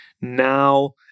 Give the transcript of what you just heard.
now